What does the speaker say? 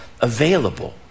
available